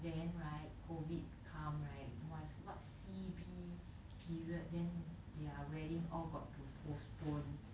then right COVID come right what's what's C_B period then their wedding all got to postpone